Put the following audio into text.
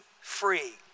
free